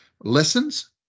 lessons